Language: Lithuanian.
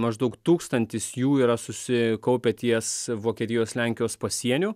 maždaug tūkstantis jų yra susikaupę ties vokietijos lenkijos pasieniu